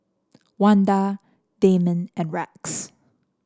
Wanda Damon and Rex